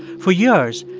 for years,